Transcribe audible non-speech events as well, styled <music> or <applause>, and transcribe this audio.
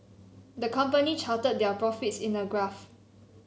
the company charted their profits in a graph <noise>